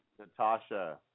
Natasha